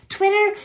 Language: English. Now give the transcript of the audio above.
Twitter